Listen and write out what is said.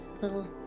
little